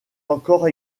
encore